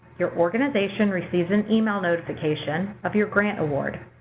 your organization receives an email notification of your grant award.